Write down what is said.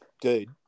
dude